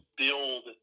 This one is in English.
build